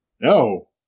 No